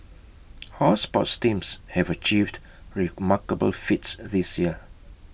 our sports teams have achieved remarkable feats this year